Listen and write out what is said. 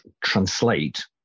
translate